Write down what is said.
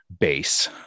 base